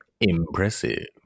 Impressive